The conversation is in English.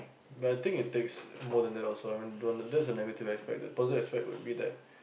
but I think it takes more than that also ah that's the negative aspect that the positive aspect would be that